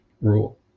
rule